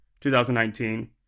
2019